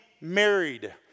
married